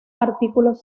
artículos